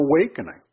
awakening